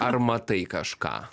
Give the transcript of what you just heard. ar matai kažką